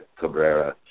Cabrera